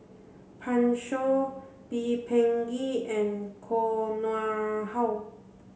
Pan Shou Lee Peh Gee and Koh Nguang How